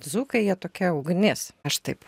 dzūkai jie tokie ugnis aš taip